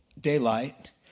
daylight